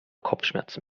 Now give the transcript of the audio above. kopfschmerzen